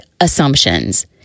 assumptions